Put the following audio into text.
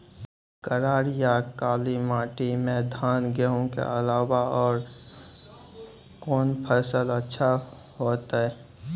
करार या काली माटी म धान, गेहूँ के अलावा औरो कोन फसल अचछा होतै?